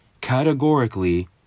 categorically